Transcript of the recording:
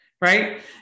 right